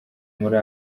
muri